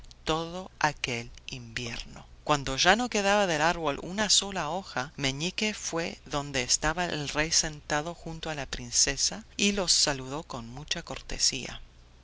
todo aquel invierno cuando ya no quedaba del árbol una sola hoja meñique fue donde estaba el rey sentado junto a la princesa y los saludó con mucha cortesía